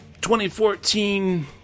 2014